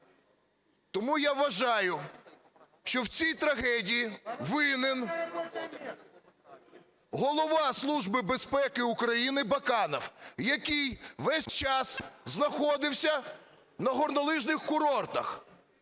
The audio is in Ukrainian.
Тому я вважаю, що в цій трагедії винен Голова Служби безпеки України Баканов, який весь час знаходився на горнолижних курортах.